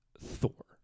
Thor